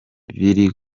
biri